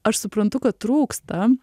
aš suprantu kad trūksta